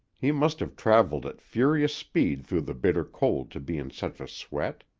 he must have traveled at furious speed through the bitter cold to be in such a sweat.